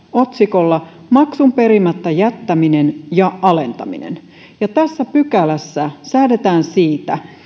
otsikolla maksun perimättä jättäminen ja alentaminen tässä pykälässä säädetään siitä